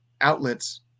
outlet's